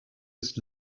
ist